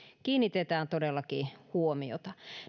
kiinnitetään todellakin huomiota